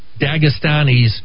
Dagestanis